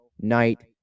night